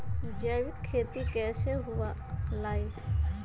जैविक खेती कैसे हुआ लाई?